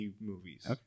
movies